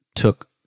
Took